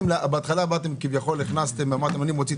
בהתחלה באתם וכביכול אמרתם שאתם מוציאים